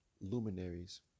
luminaries